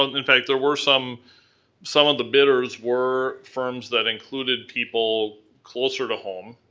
ah in fact there were, some some of the bidders were firms that included people closer to home.